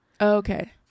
Okay